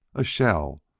a shell,